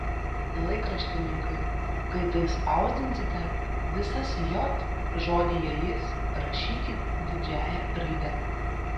laikraštininkai kai tai spausdinsite visas j žodyje jis rašykit didžiąja raide